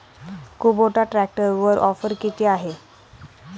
Kubota ट्रॅक्टरवर offer किती आहे?